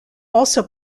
also